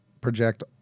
project